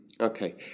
Okay